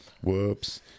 Whoops